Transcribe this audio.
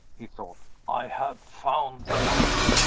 he thought, i have found the man!